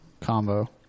combo